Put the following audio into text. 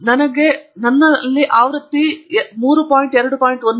ನನಗೆ ಆವೃತ್ತಿ 3